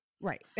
right